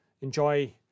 enjoy